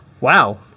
Wow